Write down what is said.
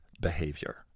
behavior